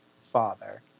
father